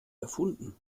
erfunden